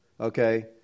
Okay